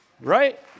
Right